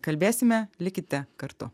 kalbėsime likite kartu